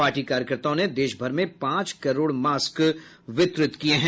party कार्यकर्ताओं ने देशभर में पांच करोड़ मास्क वितरित किए हैं